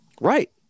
Right